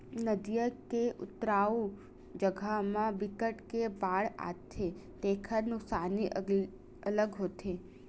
नदिया के उतारू जघा म बिकट के बाड़ आथे तेखर नुकसानी अलगे होथे